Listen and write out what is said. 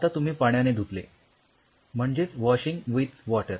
आता तुम्ही पाण्याने धुतले म्हणजेच वॉशिंग विथ वॉटर